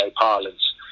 parlance